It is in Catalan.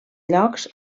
llocs